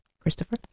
Christopher